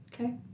Okay